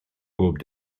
bob